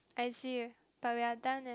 I see but we are done eh